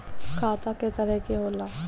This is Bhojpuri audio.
खाता क तरह के होला?